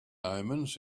omens